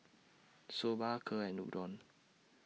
Soba Kheer and Udon